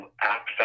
access